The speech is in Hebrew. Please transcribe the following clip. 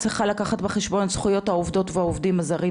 צריכה לקחת בחשבון זכויות העובדות והעובדים הזרים